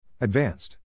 Advanced